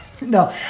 No